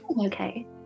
okay